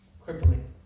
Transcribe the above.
crippling